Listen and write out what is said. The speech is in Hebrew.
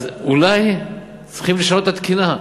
אז אולי צריכים לשנות את התקינה?